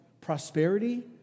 Prosperity